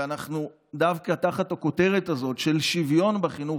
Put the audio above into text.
ואנחנו דווקא תחת הכותרת הזאת של שוויון בחינוך,